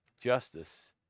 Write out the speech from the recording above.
justice